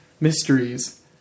mysteries